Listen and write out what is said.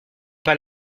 pas